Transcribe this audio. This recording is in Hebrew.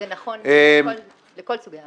זה נכון לכל סוגי העבירות.